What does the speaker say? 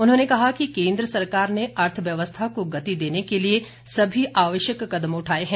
उन्होंने कहा कि केन्द्र सरकार ने अर्थव्यवस्था को गति देने के लिए सभी आवश्यक कदम उठाए हैं